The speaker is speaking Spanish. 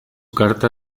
carta